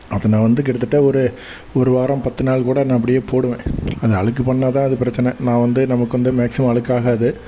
அதை நான் வந்து கிட்டத்தட்ட ஒரு ஒருவாரம் பத்துநாள் கூட நான் அப்படியே போடுவேன் அந்த அழுக்கு பண்ணால் தான் அது பிரச்சனை நான் வந்து நமக்கு வந்து மேக்ஸிமம் அழுக்காகாது